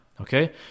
okay